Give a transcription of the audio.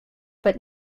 but